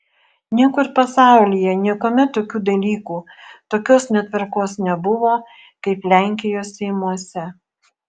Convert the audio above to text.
niekur pasaulyje niekuomet tokių dalykų tokios netvarkos nebuvo kaip lenkijos seimuose